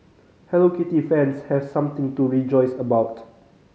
Hello Kitty fans have something to rejoice about